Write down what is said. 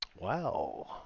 Wow